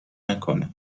نکنه